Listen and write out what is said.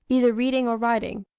either reading or writing.